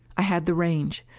i had the range.